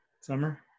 summer